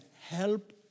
help